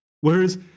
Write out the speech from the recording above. Whereas